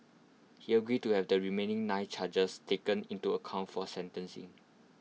he agreed to have the remaining nine charges taken into account for sentencing